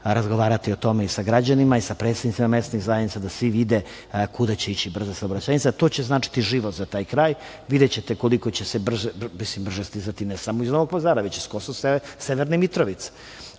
razgovarati o tome i sa građanima i sa predstavnicima mesnih zajednica da svi vide kuda će ići brza saobraćajnica. To će značiti život za taj kraj. Videćete koliko će se brže stizati, ne samo iz Novog Pazara, već i iz Severne Mitrovice.